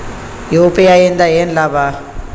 UPI ಇಂದ ಏನ್ ಲಾಭ?